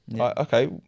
Okay